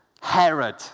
Herod